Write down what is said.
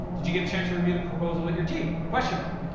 did you get a chance to review the proposal with your team, question mark?